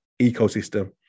ecosystem